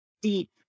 deep